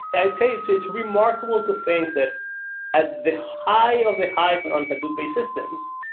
i'd say it's it's remarkable to think that at the high of the hype on hadoop-based systems,